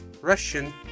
Russian